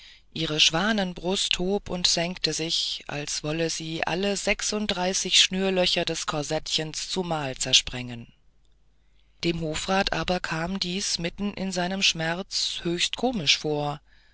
ihre schwanenbrust hob und senkte sich als wolle sie alle sechsunddreißig schnürlöcher des korsettchens zumal zersprengen dem hofrat aber kam dies mitten in seinem schmerz höchst komisch vor